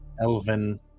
Elven